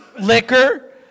liquor